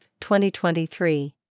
2023